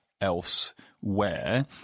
elsewhere